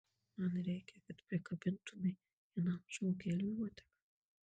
man reikia kad prikabintumei vienam žmogeliui uodegą